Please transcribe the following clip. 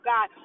God